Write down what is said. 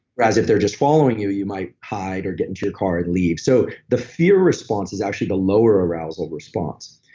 whereas if they're just following you, you might hide or get into your car and leave. so, the fear response is actually the lower arousal response.